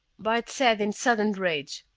bart said in sudden rage,